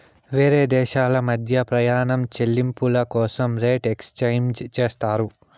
వేరే దేశాల మధ్య ప్రయాణం చెల్లింపుల కోసం రేట్ ఎక్స్చేంజ్ చేస్తారు